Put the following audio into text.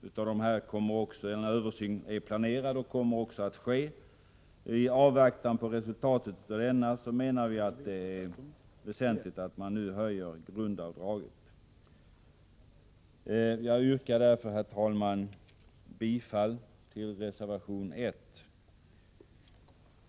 En översyn är planerad och kommer också att ske. I avvaktan på resultatet av denna menar vi att det är väsentligt att man nu höjer grundavdraget. Jag yrkar därför, herr talman, bifall till reservation 1.